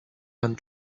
and